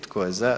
Tko je za?